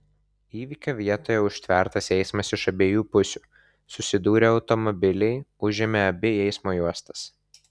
įvykio vietoje užtvertas eismas iš abiejų pusių susidūrė automobiliai užėmė abi eismo juostas